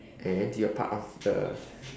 and you are part of the